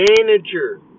manager